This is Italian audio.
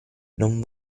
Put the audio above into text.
non